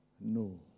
No